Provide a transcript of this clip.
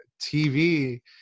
tv